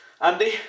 Andy